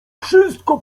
wszystko